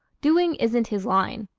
doing isn't his line.